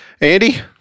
Andy